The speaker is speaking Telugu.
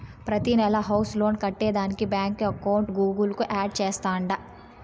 ప్రతినెలా హౌస్ లోన్ కట్టేదానికి బాంకీ అకౌంట్ గూగుల్ కు యాడ్ చేస్తాండా